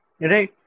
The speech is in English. Right